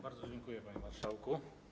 Bardzo dziękuję, panie marszałku.